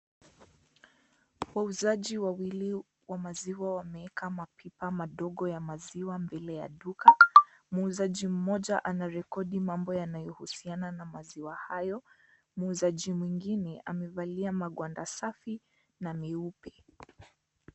Wauzaji wawili wa maziwa wameweka mapipa madogo ya maziwa mbele ya duka , muuzaji mmoja anarekodi mambo yanayohuusiana na maziwa hayo muuzaji mwingine amevalia magwanda safi na meupe.